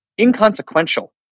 inconsequential